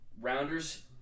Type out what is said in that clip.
rounders